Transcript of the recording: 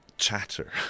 chatter